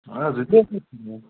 हजुर त्यस्तै छ रोड